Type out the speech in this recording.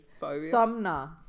Somna